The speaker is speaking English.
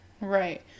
Right